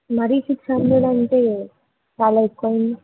మరీ six hundred అంటే చాలా ఎక్కువండి